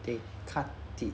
they cut it